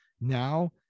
now